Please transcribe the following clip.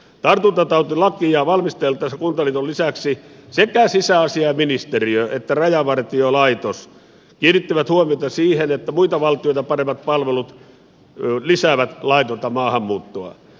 tartuntatautilakia valmisteltaessa kuntaliiton lisäksi sekä sisäasiainministeriö että rajavartiolaitos kiinnittivät huomiota siihen että muita valtioita paremmat palvelut lisäävät laitonta maahanmuuttoa